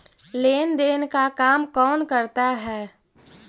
लेन देन का काम कौन करता है?